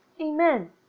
amen